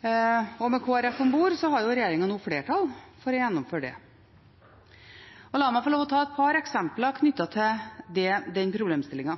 Med Kristelig Folkeparti om bord har jo regjeringen nå flertall for å gjennomføre det. La meg få lov til å ta et par eksempler knyttet til den problemstillingen.